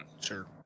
sure